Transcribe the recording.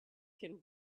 can